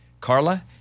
Carla